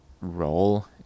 role